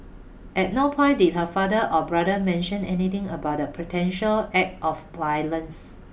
at no point did her father or brother mention anything about the potential act of violence